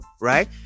right